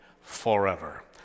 forever